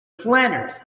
planners